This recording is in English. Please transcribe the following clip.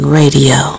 radio